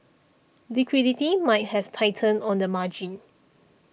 liquidity might have tightened on the margin